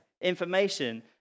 information